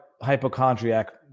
hypochondriac